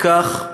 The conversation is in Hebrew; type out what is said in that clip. וכך,